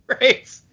Right